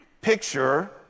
picture